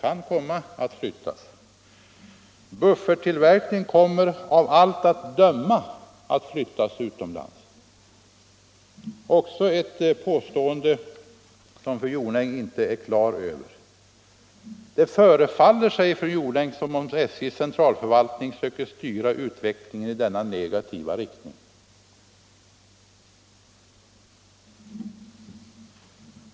Att bufferttillverkningen av allt att döma kommer att flyttas utomlands är också ett påstående som fru Jonäng inte är säker på. Det förefaller, säger fru Jonäng, som om SJ:s centralförvaltning söker styra utvecklingen i denna negativa riktning.